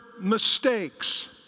mistakes